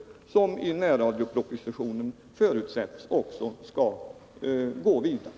I närradiopropositionen förutsätts att dessa skall gå vidare.